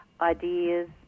ideas